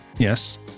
Yes